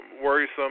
worrisome